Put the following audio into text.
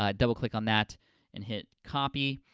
ah double-click on that and hit copy,